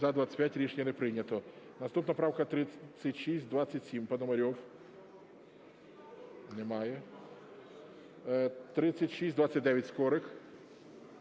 За-25 Рішення не прийнято. Наступна правка 3627. Пономарьов. Немає. 3629. Скорик.